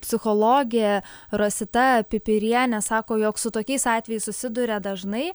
psichologė rosita pipirienė sako jog su tokiais atvejais susiduria dažnai